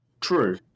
True